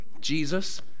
Jesus